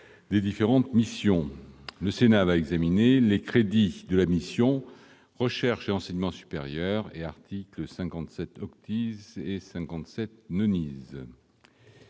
des différentes missions. Le Sénat va examiner les crédits de la mission « Recherche et enseignement supérieur » (et articles 57 et 57 ).